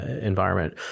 environment